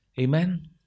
Amen